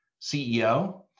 CEO